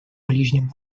ближнем